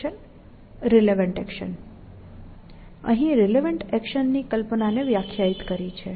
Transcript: relevant action અહીં relevant એક્શનની કલ્પનાને વ્યાખ્યાયિત કરી છે